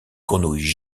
grenouille